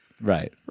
right